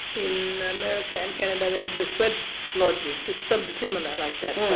in america and canada they have the sweat lodges, it's something similar like that.